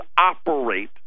operate